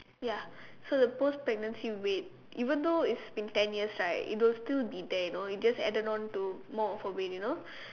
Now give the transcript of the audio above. ya so the post pregnancy weight even though it's been ten years right it will still be there you know it just added on to more of her weight you know